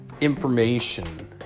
Information